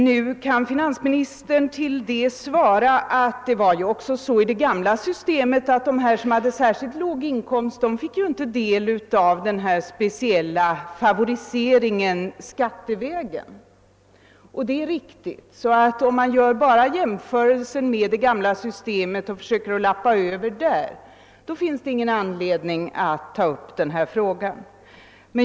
Nu kan finansministern svara att det ju också i det gamla systemet var så att människor med särskilt låga inkomster inte fick del av denna speciella favorisering skattevägen. Det är riktigt. Om man bara gör jämförelser med det gamla systemet och försöker lappa över där, så finns det ingen anledning att ta upp denna fråga.